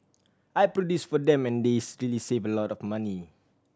I produce for them and this really save a lot of money